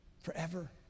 Forever